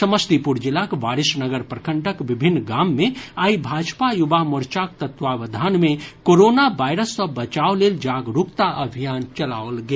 समस्तीपुर जिलाक वारिसनगर प्रखंडक विभिन्न गाम मे आइ भाजपा युवा मोर्चाक तत्वावधान मे कोरोना वायरस सँ बचाव लेल जागरूकता अभियान चलाओल गेल